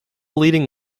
leading